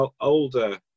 older